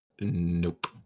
Nope